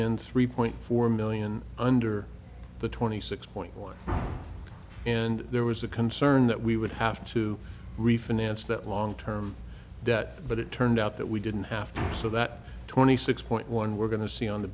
in three point four million under the twenty six point one and there was a concern that we would have to refinance that long term debt but it turned out that we didn't have to so that twenty six point one we're going to see on the